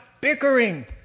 bickering